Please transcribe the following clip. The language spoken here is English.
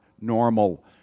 normal